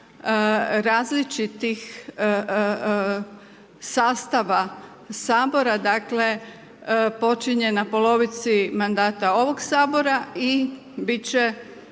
različitih sastava Sabora, dakle počinje na polovici mandata ovog Sabora i bit će